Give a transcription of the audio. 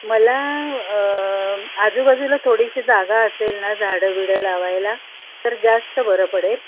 मला आजूबाजूला थोडीशी जागा असेल ना झाडं बिडं लावायला तर जास्त बरं पडेल